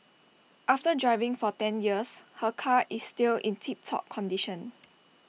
after driving for ten years her car is still in tip top condition